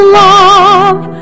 love